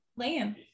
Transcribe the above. Liam